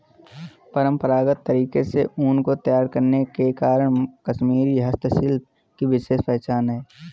परम्परागत तरीके से ऊन को तैयार करने के कारण कश्मीरी हस्तशिल्प की विशेष पहचान है